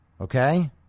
Okay